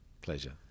Pleasure